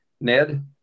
Ned